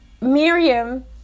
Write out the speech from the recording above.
Miriam